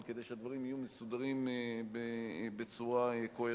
אבל כדי שהדברים יהיו מסודרים בצורה קוהרנטית,